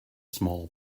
small